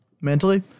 mentally